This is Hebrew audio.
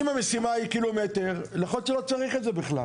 אם המשימה היא קילומטר יכול להיות שלא צריך את זה בכלל.